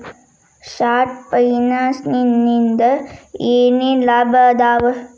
short ಫೈನಾನ್ಸಿನಿಂದ ಏನೇನ್ ಲಾಭದಾವಾ